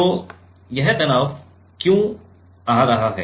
और यह तनाव क्यों आ रहा है